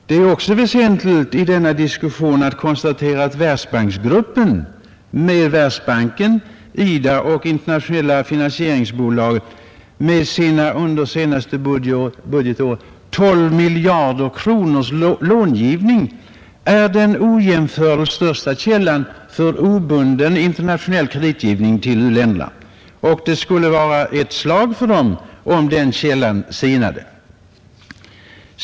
Det är i denna diskussion också väsentligt att konstatera att Världsbanksgruppen med Världsbanken, IDA och Internationella finansieringsbolaget IFC med sin långivning på tolv miljarder kronor under senaste budgetåret är den ojämförligt största källan för obunden internationell kreditgivning till u-länderna. Det skulle vara ett svårt slag för dem om den källan sinade.